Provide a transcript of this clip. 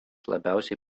labiausiai